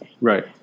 Right